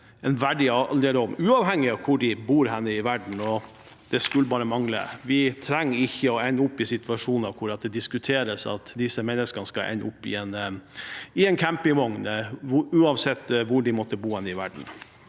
en verdig alderdom, uavhengig av hvor de bor i verden. Det skulle bare mangle. Vi trenger ikke å komme opp i situasjoner hvor det diskuteres om disse menneskene skal ende opp i en campingvogn, uansett hvor de måtte bo i verden.